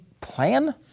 plan